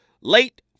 Late